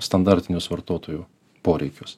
standartinius vartotojų poreikius